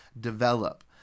develop